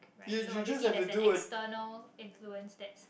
right so obviously there's an external influence that